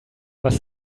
was